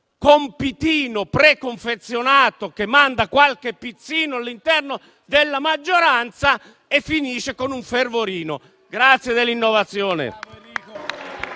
compitino preconfezionato, che manda qualche pizzino all'interno della maggioranza, e finisce con un fervorino. Grazie dell'innovazione.